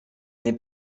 n’est